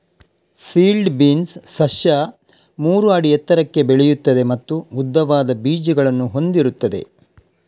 field beans ಸಸ್ಯ ಮೂರು ಅಡಿ ಎತ್ತರಕ್ಕೆ ಬೆಳೆಯುತ್ತದೆ ಮತ್ತು ಉದ್ದವಾದ ಬೀಜಗಳನ್ನು ಹೊಂದಿರುತ್ತದೆ